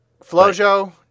Flojo